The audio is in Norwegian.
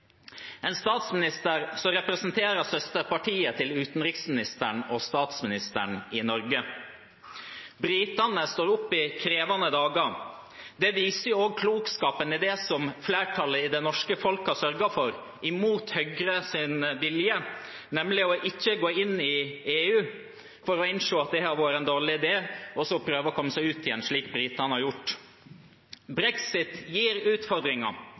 en statsminister som representerer søsterpartiet til utenriksministeren og statsministeren i Norge. Britene står oppi krevende dager. Dette viser også klokskapen i det som flertallet i det norske folk har sørget for, imot Høyres vilje, nemlig ikke å gå inn i EU, for så å innse at det var en dårlig idé, og så prøve å komme seg ut igjen, slik britene har gjort. Brexit gir utfordringer,